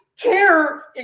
care